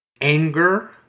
anger